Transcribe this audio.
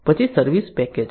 પછી service package